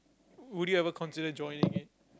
would you ever consider joining it